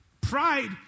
Pride